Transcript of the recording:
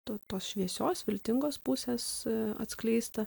to tos šviesios viltingos pusės atskleista